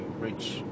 reach